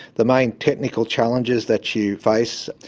the main technical challenges that you face,